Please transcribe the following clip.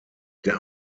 der